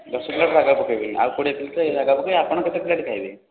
ଦଶ ପ୍ଲେଟ୍ରେ ରାଗ ପକାଇବିନି ଆଉ କୋଡ଼ିଏ ପ୍ଲେଟ୍ରେ ରାଗ ପକାଇବି ଆପଣ କେତେ ପ୍ଲେଟ୍ ଖାଇବେ